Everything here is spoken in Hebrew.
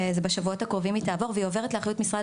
בשבועות הקרובים היא תעבור והיא עוברת לאחריות משרד